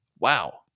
Wow